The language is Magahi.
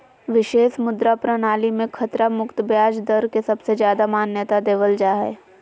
विशेष मुद्रा प्रणाली मे खतरा मुक्त ब्याज दर के सबसे ज्यादा मान्यता देवल जा हय